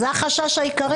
זה החשש העיקרי.